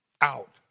out